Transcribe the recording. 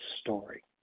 story